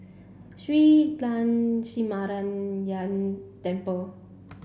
Shree Lakshminarayanan Temple